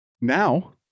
now